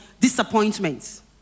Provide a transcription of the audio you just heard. disappointments